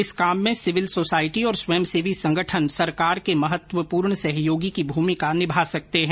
इस काम में सिविल सोसाइटी और स्वयंसेवी संगठन सरकार के महत्वपूर्ण सहयोगी की भूमिका निभा सकते हैं